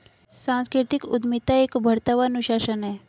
सांस्कृतिक उद्यमिता एक उभरता हुआ अनुशासन है